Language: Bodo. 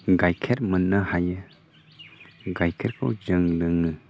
गाइखेर मोननो हायो गाइखेरखौ जों लोङो